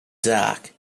dark